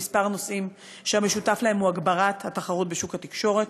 נושאים שהמשותף להם הוא הגברת התחרות בשוק התקשורת,